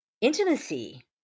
intimacy